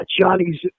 Johnny's